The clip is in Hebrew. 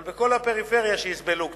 אבל בפריפריה שיסבלו קצת.